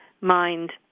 Mind